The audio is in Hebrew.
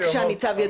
בבקשה, ניצב ידיד.